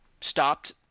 stopped